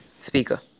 speaker